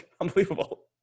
unbelievable